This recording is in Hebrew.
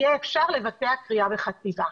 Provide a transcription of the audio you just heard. יהיה אפשר לבצע כרייה וחציבה.